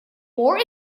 more